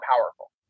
powerful